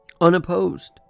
Unopposed